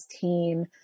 team